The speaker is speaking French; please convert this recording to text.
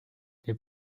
les